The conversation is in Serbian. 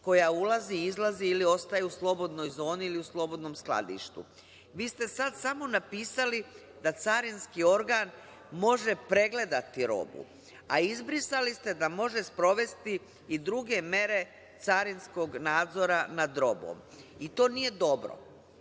koja ulazi, izlazi ili ostaje u slobodnoj zoni ili slobodnom skladištu. Vi ste sada samo napisali da carinski organ može pregledati robu, a izbrisali ste da može sprovesti i druge mere carinskog nadzora nad robom. I to nije dobro.